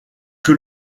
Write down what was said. que